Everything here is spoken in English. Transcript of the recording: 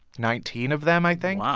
nineteen of them, i think.